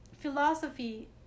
philosophy